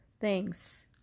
thanks